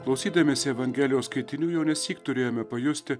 klausydamiesi evangelijos skaitinių jau nesyk turėjome pajusti